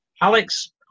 Alex